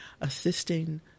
assisting